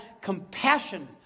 compassion